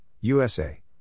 USA